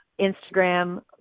Instagram